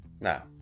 Now